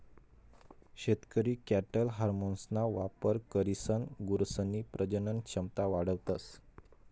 शेतकरी कॅटल हार्मोन्सना वापर करीसन गुरसनी प्रजनन क्षमता वाढावतस